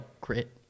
grit